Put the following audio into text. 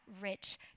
rich